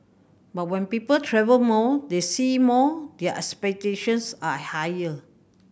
but when people travel more they see more their expectations are higher